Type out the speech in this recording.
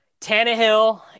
Tannehill